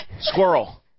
Squirrel